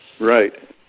Right